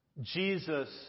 Jesus